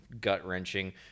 gut-wrenching